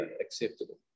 acceptable